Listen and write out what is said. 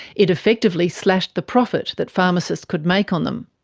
it effectively slashed the profit that pharmacists could make on them.